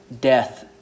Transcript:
death